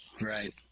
Right